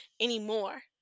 anymore